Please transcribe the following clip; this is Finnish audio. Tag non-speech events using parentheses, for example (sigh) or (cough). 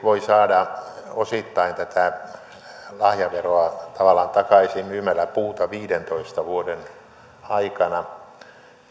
(unintelligible) voi siis saada osittain tätä lahjaveroa tavallaan takaisin myymällä puuta viidentoista vuoden aikana